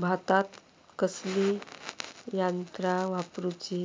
भातात कसली यांत्रा वापरुची